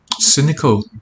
cynical